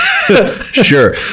Sure